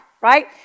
right